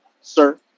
Sir